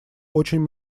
очень